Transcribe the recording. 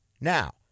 Now